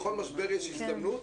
בכל משבר יש הזדמנות,